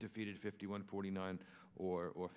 defeated fifty one forty nine or